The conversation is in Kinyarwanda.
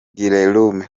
guillaume